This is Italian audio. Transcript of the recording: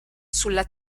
sulla